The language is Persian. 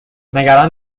نگران